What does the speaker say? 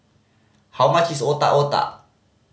how much is Otak Otak